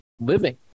living